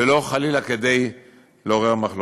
ולא חלילה לעורר מחלוקת.